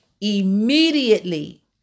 immediately